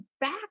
back